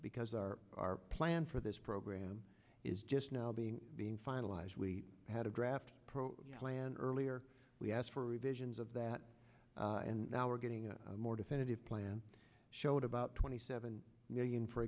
because our plan for this program is just now being being finalized we had a draft plan earlier we asked for revisions of that and now we're getting a more definitive plan showed about twenty seven million for